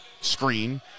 screen